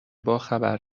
باخبر